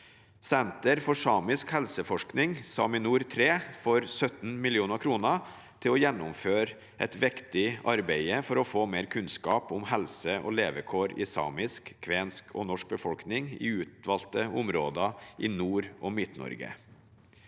Senter for samisk helseforskning, SAMINOR 3, får 17 mill. kr til å gjennomføre et viktig arbeid for å få mer kunnskap om helse og levekår i samisk, kvensk og norsk befolkning i utvalgte områder i Nord-Norge og MidtNorge.